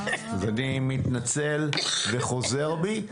אני מתנצל וחוזר בי,